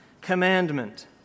Commandment